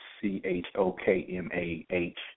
C-H-O-K-M-A-H